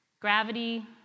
Gravity